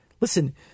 Listen